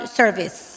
service